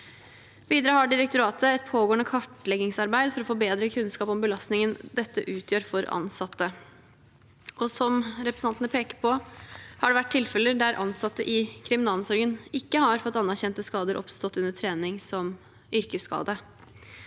Videre har direktoratet et pågående kartleggingsarbeid for å få bedre kunnskap om belastningen dette utgjør for ansatte. Som representantene peker på, har det vært tilfeller der ansatte i kriminalomsorgen ikke har fått anerkjent skader som har oppstått under trening, som yrkesskade.